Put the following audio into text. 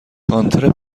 کانتر